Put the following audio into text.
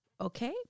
okay